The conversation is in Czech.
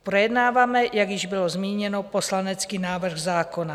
Projednáváme, jak již bylo zmíněno, poslanecký návrh zákona.